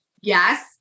Yes